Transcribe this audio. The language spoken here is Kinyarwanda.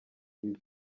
bibi